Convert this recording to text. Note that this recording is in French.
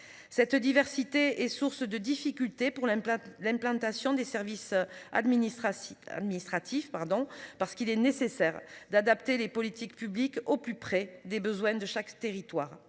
Cette diversité est source de difficultés pour l'emploi l'implantation des services administratifs. Pardon, parce qu'il est nécessaire d'adapter les politiques publiques au plus près des besoins de chaque territoire.